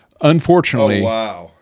Unfortunately